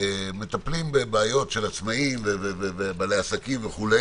מטפלים בבעיות של עצמאיים ובעלי עסקים וכו'